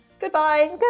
Goodbye